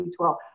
B12